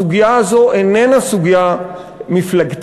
הסוגיה הזאת איננה סוגיה מפלגתית.